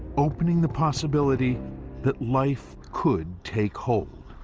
opening the possibility that life could take hold.